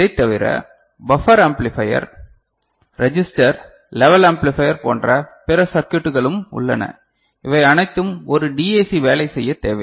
இதை தவிர buffer amplifier register level amplifier போன்ற பிற சர்க்யூட்களும் உள்ளன இவை அனைத்தும் ஒரு டிஏசி வேலை செய்யத் தேவை